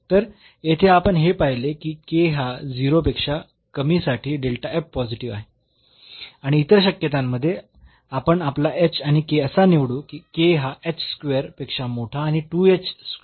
तर येथे आपण हे पाहिले की हा 0 पेक्षा कमी साठी पॉझिटिव्ह आहे आणि इतर शक्यतांमध्ये आपण आपला आणि असा निवडू की हा पेक्षा मोठा आणि पेक्षा लहान असेल